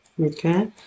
okay